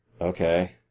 Okay